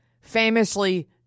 Famously